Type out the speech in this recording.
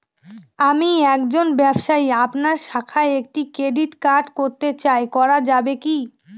আমি একজন ব্যবসায়ী আপনার শাখায় একটি ক্রেডিট কার্ড করতে চাই করা যাবে কি?